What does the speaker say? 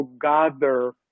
gather